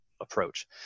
approach